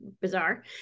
bizarre